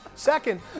Second